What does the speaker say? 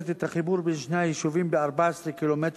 את החיבור בין שני היישובים ב-14 ק"מ,